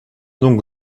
donc